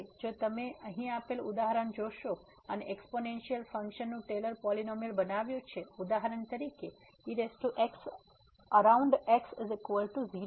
હવે જો તમે અહીં આપેલ ઉદાહરણ જોશો અને એક્સ્પોનેનસીઅલ ફંક્શન નું ટેલર પોલીનોમીઅલ બનાવ્યું છે ઉદાહરણ તરીકે exaround x0